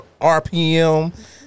RPM